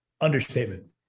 Understatement